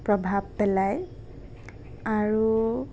প্ৰভাৱ পেলায় আৰু